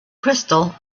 crystal